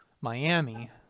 Miami